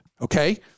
Okay